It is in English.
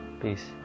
Peace